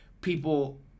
people